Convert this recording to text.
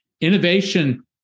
Innovation